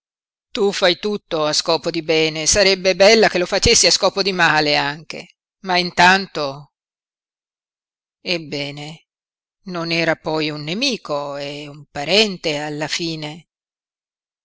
tu fai tutto a scopo di bene sarebbe bella che lo facessi a scopo di male anche ma intanto ebbene non era poi un nemico è un parente alla fine